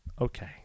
okay